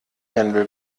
händel